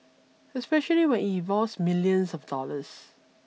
especially when it involves millions of dollars